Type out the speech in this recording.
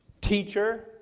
teacher